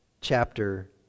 chapter